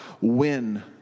win